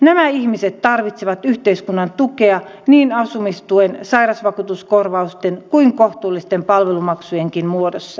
nämä ihmiset tarvitsevat yhteiskunnan tukea niin asumistuen sairausvakuutuskorvausten kuin kohtuullisten palvelumaksujenkin muodossa